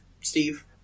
Steve